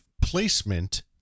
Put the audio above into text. placement